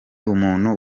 umuntu